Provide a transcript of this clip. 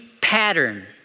pattern